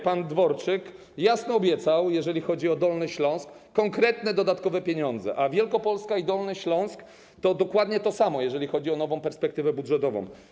Pan Dworczyk jasno obiecał, jeżeli chodzi o Dolny Śląsk, konkretne dodatkowe pieniądze, a Wielkopolska i Dolny Śląsk to dokładnie to samo, jeżeli chodzi o nową perspektywę budżetową.